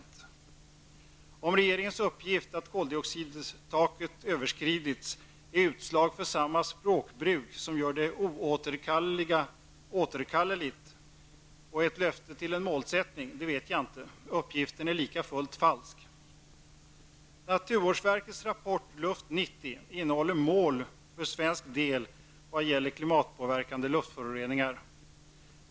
Jag vet inte om regeringens uppgift att koldioxidtaket överskridits är ett utslag av samma språkbruk som gör det oåterkalleliga återkalligt och ett löfte till en målsättning. Uppgiften är likafullt falsk. Naturvårdsverkets rapport, Luft 90, innehåller mål för Sveriges del vad gäller klimatpåverkande luftföroreningar.